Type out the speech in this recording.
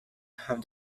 have